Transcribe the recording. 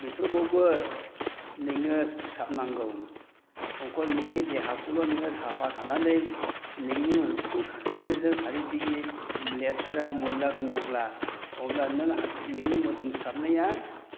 बेफोरखौबो नोङो फोसाबनांगौ अकल नोंनि देहाखौल' नोङो साफा थानानै नोंनि नसुंं खाथिजों सोरगिदिं लेथ्रा मैला दङब्ला अब्ला नों नोंनि मोदोम फोसाबनाया